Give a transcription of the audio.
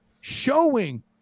showing